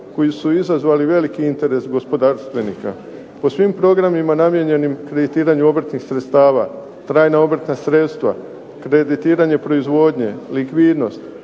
koji su izazvali veliki interes gospodarstvenika. Po svim programima namijenjenim kreditiranju obrtnih sredstava, trajna obrtna sredstva, kreditiranje proizvodnje, likvidnost,